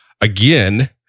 again